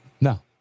No